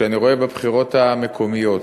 וכשאני רואה בבחירות המקומיות,